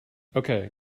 okay